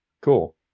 cool